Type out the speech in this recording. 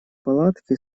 палатки